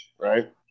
right